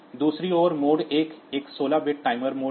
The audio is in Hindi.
दूसरी ओर मोड 1 एक 16 बिट टाइमर मोड है